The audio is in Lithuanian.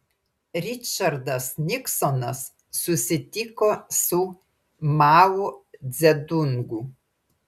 ričardas niksonas susitiko su mao dzedungu